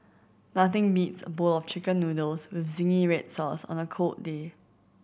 nothing beats a bowl of Chicken Noodles with zingy red sauce on a cold day